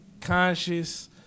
conscious